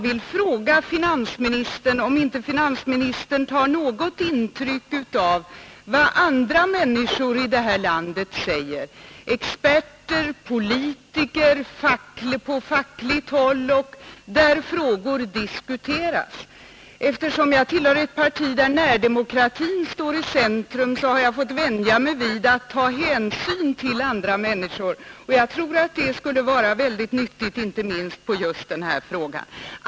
Tar inte finansministern något intryck av vad andra människor i detta land säger — experter, politiker, fackliga representanter — då dessa frågor diskuteras? Eftersom jag tillhör ett parti där närdemokratin står i centrum har jag fått vänja mig vid att ta hänsyn till andra människor. Jag tror att det skulle vara väldigt nyttigt om finansministern gjorde det i just denna fråga.